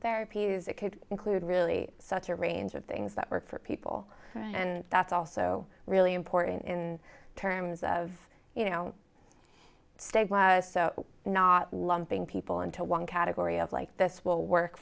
therapies it could include really such a range of things that work for people and that's also really important in terms of you know so we're not lumping people into one category of like this will work